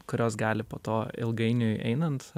kurios gali po to ilgainiui einant